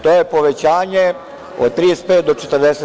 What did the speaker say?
To je povećanje od 35 do 40%